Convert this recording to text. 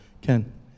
Ken